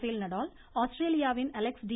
பேல் நடால் ஆஸ்திரேலியாவின் Alex D